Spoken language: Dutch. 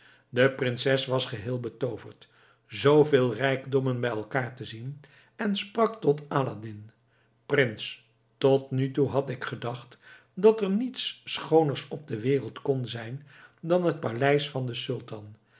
de prinses was geheel betooverd zooveel rijkdommen bij elkaar te zien en sprak tot aladdin prins tot nu toe had ik gedacht dat er niets schooners op de wereld kon zijn dan het paleis van den sultan